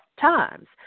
times